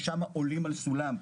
ששם עולים על סולם,